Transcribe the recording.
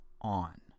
on